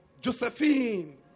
Josephine